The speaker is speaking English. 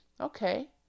Okay